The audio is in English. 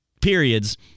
periods